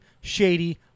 Shady